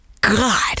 god